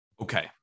Okay